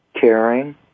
caring